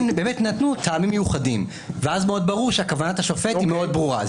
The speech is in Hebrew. באמת נתנו טעמים מיוחדים ואז מאוד ברור שכוונתה שופט היא מאוד ברורה.